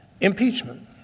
Impeachment